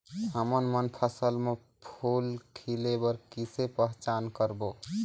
हमन मन फसल म फूल खिले बर किसे पहचान करबो?